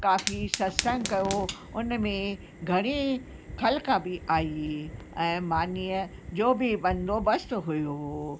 काफ़ी सत्संग कयो हुन में घणी ख़ल्क बि आहीं ऐं मानीअ जो बि बंदोबस्त हुओ